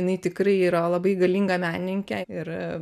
jinai tikrai yra labai galinga menininkė ir